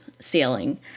ceiling